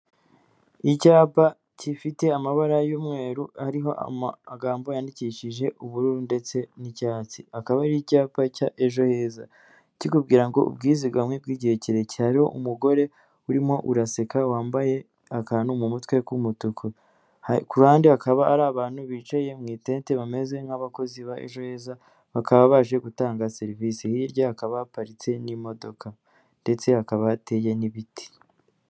Icyapa gifite amabara y'umweru ariho amagambo yandikishije ubururu ndetse n'icyatsi. Akaba ari icyapa cya ejo heza, kikubwira ngo "ubwizigame bw'igihe kirekire". Hariho umugore urimo uraseka, wambaye akantu mu mutwe k'umutuku. Ku ruhande hakaba hari abantu bicaye mu itente bameze nk'abakozi ba ejo heza, bakaba baje gutanga serivisi. Hirya hakaba haparitse n'imodoka ndetse hakaba hateye n'ibiti.